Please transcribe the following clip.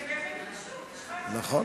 זה באמת חשוב, נכון,